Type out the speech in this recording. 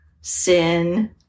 sin